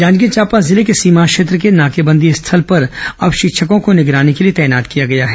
जांजगीर चांपा जिले के सीमा क्षेत्र के नाकाबंदी स्थल पर अब शिक्षकों को निगरानी के लिए तैनात किया गया है